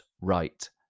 right